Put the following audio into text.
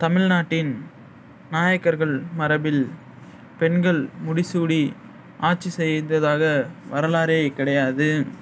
தமிழ்நாட்டின் நாயக்கர்கள் மரபில் பெண்கள் முடிசூடி ஆட்சி செய்ததாக வரலாறே கிடையாது